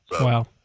Wow